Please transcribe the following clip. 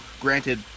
Granted